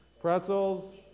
pretzels